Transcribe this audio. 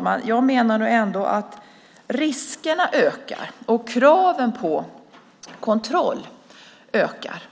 Men jag menar ändå att riskerna och kraven på kontroll ökar.